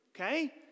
okay